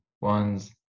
ones